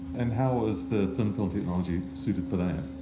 and how is the thin film technology suited for that?